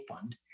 Fund